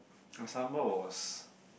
the sambal was